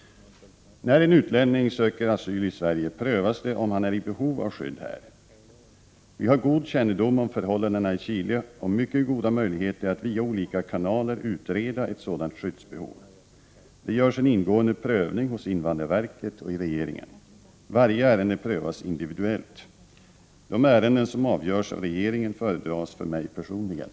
När en utlänning söker asyl i Sverige prövas det om han är i behov av skydd här. Vi har god kännedom om förhållandena i Chile och mycket goda möjligheter att via olika kanaler utreda ett sådant skyddsbehov. Det görs en ingående prövning hos invandrarverket och i regeringen. Varje ärende prövas individuellt. De ärenden som avgörs av regeringen föredras för mig personligen.